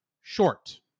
short